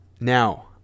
Now